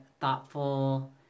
thoughtful